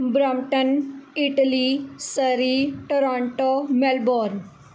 Brampton Italy Surrey Toronto Melbourne